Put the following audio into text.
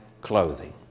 clothing